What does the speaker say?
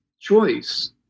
choice